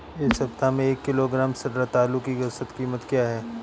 इस सप्ताह में एक किलोग्राम रतालू की औसत कीमत क्या है?